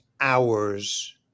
hours